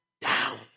down